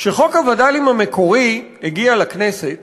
כשחוק הווד"לים המקורי הגיע לכנסת